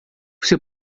você